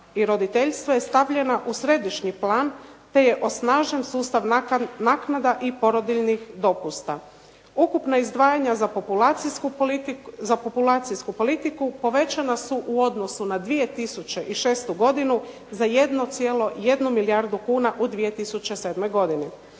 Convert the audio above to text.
i roditeljstva je stavljena u središnji plan, te je osnažen sustav naknada i porodiljnih dopusta. Ukupna izdvajanja za populacijsku politiku povećana su u odnosu na 2006. godinu za 1,1 milijardu kuna u 2007. godini.